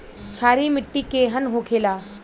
क्षारीय मिट्टी केहन होखेला?